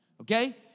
okay